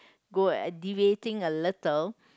good at deviating a little